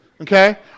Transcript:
Okay